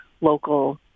local